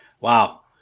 Wow